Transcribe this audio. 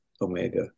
Omega